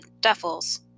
duffels